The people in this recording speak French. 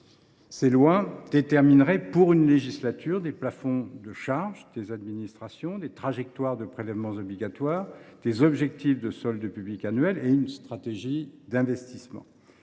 Ces lois détermineraient pour une législature des plafonds de charge des administrations, des trajectoires de prélèvements obligatoires, des objectifs de solde public annuel et une stratégie d’investissement.